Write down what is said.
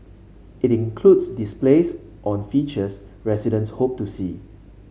it includes displays on features residents hope to see